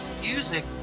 music